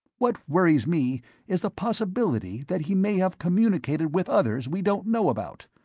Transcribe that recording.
what worries me is the possibility that he may have communicated with others we don't know about.